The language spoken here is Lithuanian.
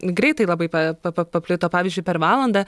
greitai labai pa pa paplito pavyzdžiui per valandą